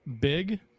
big